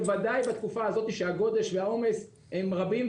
בוודאי בתקופה הזו שהגודש והעומס הם רבים,